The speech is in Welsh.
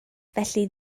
felly